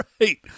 Right